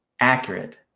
accurate